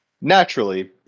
Naturally